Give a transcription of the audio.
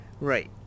Right